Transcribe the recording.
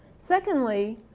secondly,